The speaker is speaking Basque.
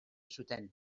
zuten